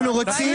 אנחנו רוצים